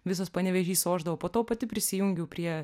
visas panevėžys ošdavo po to pati prisijungiau prie